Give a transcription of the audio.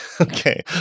Okay